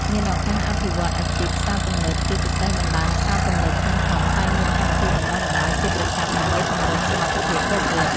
មានឱកាសអភិវឌ្ឍន៍អាជីព ផ្សារទំនើប ជាពិសេសបណ្ដាញផ្សារទំនើបធំៗ តែងមានកម្មវិធីបណ្ដុះបណ្ដាលជាប្រចាំដើម្បីពង្រឹងសមត្ថភាពបុគ្គលិក។